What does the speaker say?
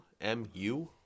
M-U